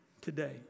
today